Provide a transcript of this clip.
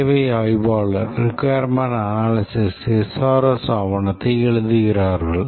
தேவை ஆய்வாளர் SRS ஆவணத்தை எழுதுகிறார்கள்